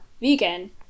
vegan